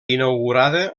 inaugurada